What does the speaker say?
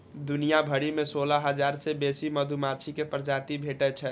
दुनिया भरि मे सोलह हजार सं बेसी मधुमाछी के प्रजाति भेटै छै